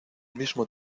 mismo